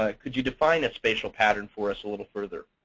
ah could you define a spatial pattern for us a little further?